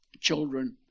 children